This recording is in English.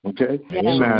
Okay